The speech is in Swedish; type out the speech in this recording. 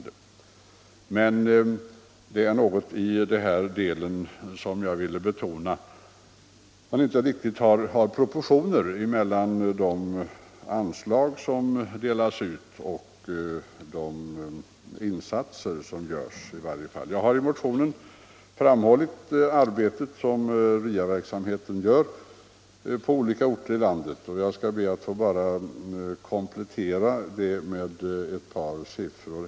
I min motion betonar jag att det inte är riktiga proportioner mellan de anslag som delas ut och de insatser som görs. Jag har i motionen framhållit det arbete som uträttas inom RIA verksamheten på olika orter i landet, och jag skall be att få komplettera med ett par siffror.